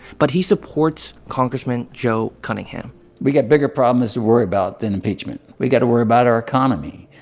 but he supports congressman joe cunningham we got bigger problems to worry about than impeachment. we've got to worry about our economy.